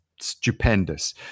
stupendous